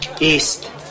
east